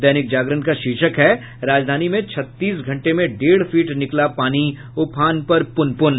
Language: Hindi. दैनिक जागरण का शीर्षक है राजधानी में छत्तीस घंटे में डेढ़ फीट निकला पानी उफान पर पुनपुन